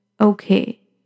Okay